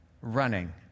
running